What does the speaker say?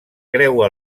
creua